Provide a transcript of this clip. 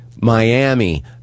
Miami